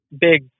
big